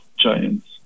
Giants